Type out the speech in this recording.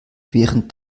während